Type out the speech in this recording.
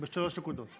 משפט קצר.